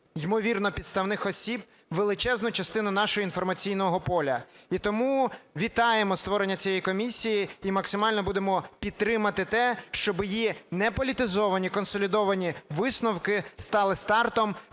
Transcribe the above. ймовірно підставних осіб величезну частину нашого інформаційного поля. І тому вітаємо створення цієї комісії і максимально будемо підтримувати те, щоб її не політизовані, консолідовані висновки стали стартом